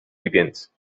begins